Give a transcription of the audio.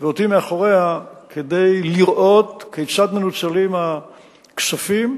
ואותי מאחוריה, לראות כיצד מנוצלים הכספים,